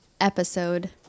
episode